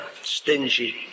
stingy